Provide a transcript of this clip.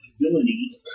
villainy